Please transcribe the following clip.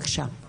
בבקשה.